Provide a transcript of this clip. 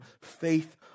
faith